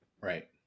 Right